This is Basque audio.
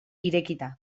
irekita